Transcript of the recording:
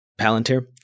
Palantir